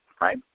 right